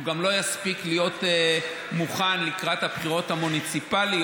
הוא גם לא יספיק להיות מוכן לקראת הבחירות המוניציפליות,